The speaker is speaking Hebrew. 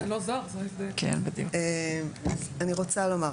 אני רוצה לומר,